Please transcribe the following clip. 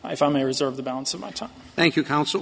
i found i reserve the balance of my time thank you counsel